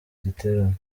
giterane